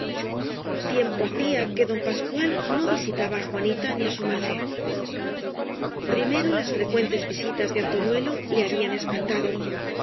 tiempo hacía que don pascual no visitaba á juanita ni á su madre primero las frecuentes visitas de antoñuelo le habían espantado